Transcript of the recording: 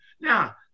Now